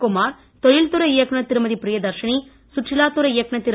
குமார் தொழில் துறை இயக்குனர் திருமதி பிரியதர்சினி சுற்றுலா துறை இயக்குனர் திரு